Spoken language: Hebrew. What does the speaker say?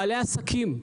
בעלי העסקים,